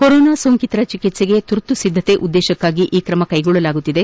corona ಸೋಂಕಿತರ ಚಿಕಿತ್ಸೆಗೆ ತುರ್ತು ಸಿದ್ಧಕೆ ಉದ್ದೇಶದಿಂದ ಈ ತ್ರಮ ಕೈಗೊಳ್ಳಲಾಗುತ್ತಿದೆ